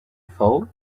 fault